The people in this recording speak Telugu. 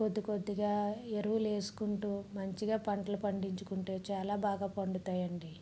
కొద్ది కొద్దిగా ఎరువులేసుకుంటూ మంచిగా పంటలు పండించుకుంటే చాలా బాగా పండుతాయండి